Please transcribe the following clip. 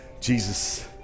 Jesus